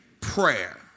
Prayer